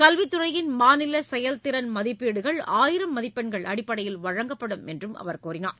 கல்வித் துறையின் மாநில செயல் திறன் மதிப்பீடுகள் ஆயிரம் மதிப்பெண்கள் அடிப்படையில் வழங்கப்படும் என்று கூறினார்